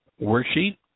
worksheet